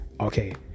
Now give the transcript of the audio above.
Okay